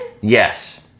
Yes